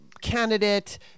candidate